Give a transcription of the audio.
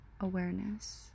awareness